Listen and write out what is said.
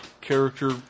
character